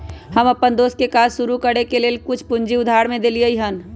हम अप्पन दोस के काज शुरू करए के लेल कुछ पूजी उधार में देलियइ हन